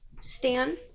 stan